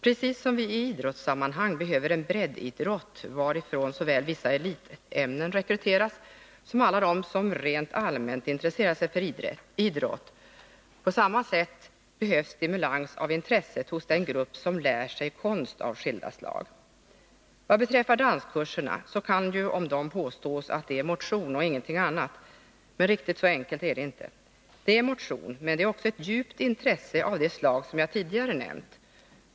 På samma sätt som vi i idrottssammanhang behöver en breddidrott, varifrån såväl vissa elitämnen som alla de som rent allmänt intresserar sig för idrott rekryteras, behövs stimulans av intresset hos den grupp som ”lär sig” konst av skilda slag. Vad beträffar danskurserna kan det ju om dem påstås att det är fråga om motion och ingenting annat, men riktigt så enkelt är det inte. Dans ger motion, men det kan också vara fråga om ett djupt intresse av det slag som jag tidigare nämnt.